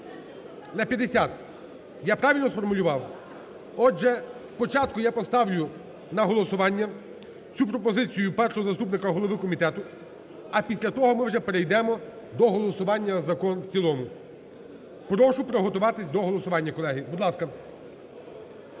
на 50. Я правильно сформулював? Отже, спочатку я поставлю на голосування цю пропозицію першого заступника голови комітету, а після того ми вже перейдемо до голосування за закон в цілому. Прошу приготуватись до голосування, колеги, будь ласка.